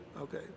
Okay